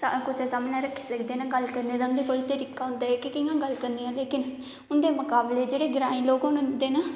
कुसै सामनै रक्खी सकदे ना गल्ल करने दा उंदे कोल तरीका होंदा कि कियां गल्ल करनी ऐ ते उंदे मुकावले च जेहडे़ ग्रांई लोक होंदे ना